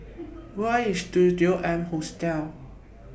Where IS Studio M Hostel